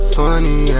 funny